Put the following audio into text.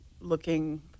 looking